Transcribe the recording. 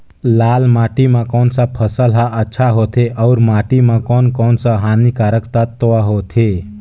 लाल माटी मां कोन सा फसल ह अच्छा होथे अउर माटी म कोन कोन स हानिकारक तत्व होथे?